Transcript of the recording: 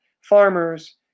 farmers